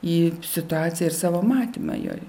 į situaciją ir savo matymą joj